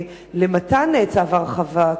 למתן צו ההרחבה?